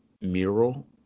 mural